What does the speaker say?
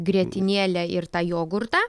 grietinėlę ir tą jogurtą